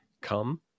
come